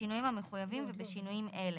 בשינויים המחויבים ובשינויים אלה: